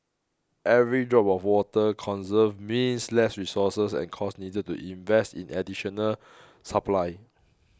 every drop of water conserved means less resources and costs needed to invest in additional supply